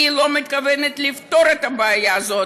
היא לא מתכוונת לפתור את הבעיה הזאת.